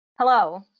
Hello